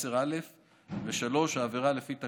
הנוגעות להוראות אלה כמפורט להלן: 1. תקנה 1 לעניין